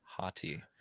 hottie